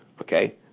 okay